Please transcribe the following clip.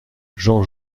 jean